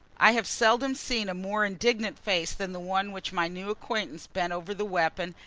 i have seldom seen a more indignant face than the one which my new acquaintance bent over the weapon,